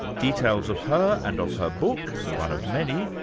details of her and of her book, one of many,